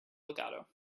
legato